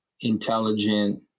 intelligent